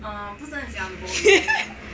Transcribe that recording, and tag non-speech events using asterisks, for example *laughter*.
*laughs*